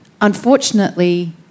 Unfortunately